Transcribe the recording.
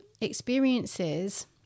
experiences